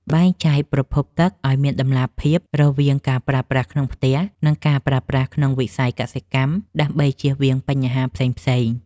បែងចែកប្រភពទឹកឱ្យមានតម្លាភាពរវាងការប្រើប្រាស់ក្នុងផ្ទះ និង ការប្រើប្រាស់ក្នុងវិស័យកសិកម្មដើម្បីជៀសវាងបញ្ហាផ្សេងៗ។